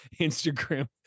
Instagram